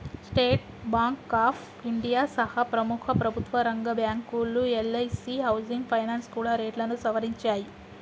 state Bank of India సహా ప్రముఖ ప్రభుత్వరంగ బ్యాంకులు, ఎల్ఐసీ హౌసింగ్ ఫైనాన్స్ కూడా రేట్లను సవరించాయి